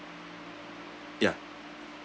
ya